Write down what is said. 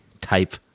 type